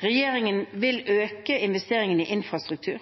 Regjeringen vil øke investeringene i infrastruktur,